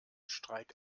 streik